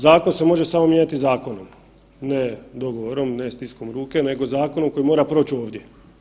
Zakon se može samo mijenjati zakonom, ne dogovorom, ne stiskom ruke, nego zakonom koji mora proći ovdje.